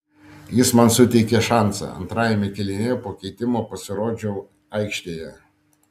jis man suteikė šansą antrajame kėlinyje po keitimo pasirodžiau aikštėje